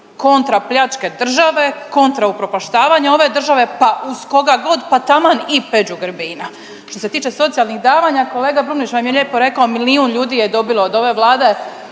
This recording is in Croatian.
kontra pljačke države, kontra upropaštavanja ove države, pa uz koga god, taman i Peđu Grbina. Što se tiče socijalnih davanja kolega Brumnić vam je lijepo rekao milijun ljudi je dobilo od ove Vlade